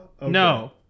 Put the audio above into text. No